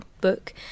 book